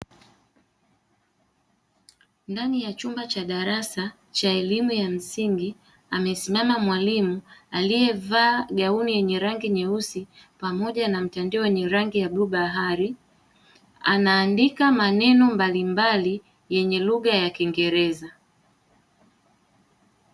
Ndani ya chumba cha darasa cha elimu ya msingi amesimama mwalimu aliyevaa gauni yenye rangi nyeusi pamoja na mtandio wenye rangi ya bluu bahari, anaandika maneno mbalimbali yenye lugha ya kingereza.